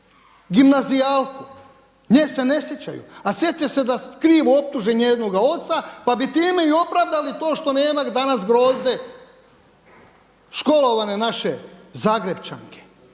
gimnazijalku. Nje se ne sjećaju, a sjećaju se da su krivo optužili njezinog oca pa bi time i opravdali to što nema danas Grozde školovane naše Zagrepčanke,